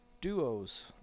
duos